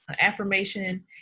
affirmation